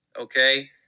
Okay